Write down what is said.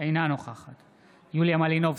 אינה נוכחת יוליה מלינובסקי,